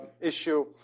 issue